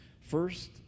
First